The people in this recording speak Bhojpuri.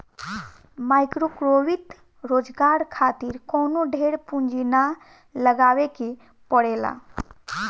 माइक्रोवित्त रोजगार खातिर कवनो ढेर पूंजी ना लगावे के पड़ेला